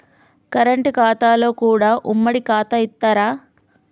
Current ఖాతాలో కూడా ఉమ్మడి ఖాతా ఇత్తరా?